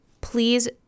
please